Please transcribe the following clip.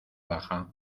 baja